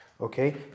Okay